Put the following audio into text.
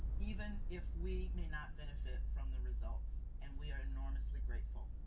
even if we may not benefit from the results, and we are enormously grateful.